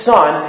Son